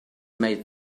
made